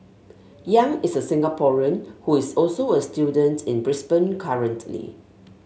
Yang is a Singaporean who is also a student in Brisbane currently